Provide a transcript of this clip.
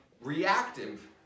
Reactive